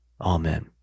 Amen